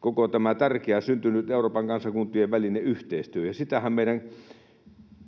koko tämä tärkeä, syntynyt Euroopan kansakuntien välinen yhteistyö,